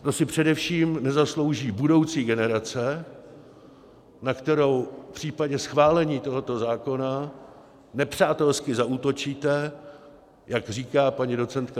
To si především nezaslouží budoucí generace, na kterou v případě schválení tohoto zákona nepřátelsky zaútočíte, jak říká paní doc.